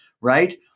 right